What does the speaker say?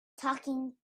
talking